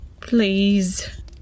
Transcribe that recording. Please